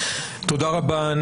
תודה רבה.